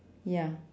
ya